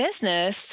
business